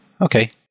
Okay